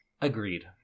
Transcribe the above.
agreed